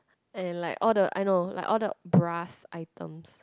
and like all the I know like all the brass items